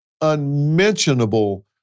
unmentionable